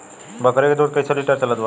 बकरी के दूध कइसे लिटर चलत बा?